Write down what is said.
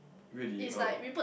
really oh